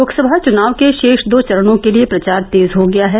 लोकसभा चुनाव के शेष दो चरणों के लिए प्रचार तेज हो गया है